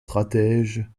stratège